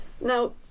Now